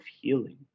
healing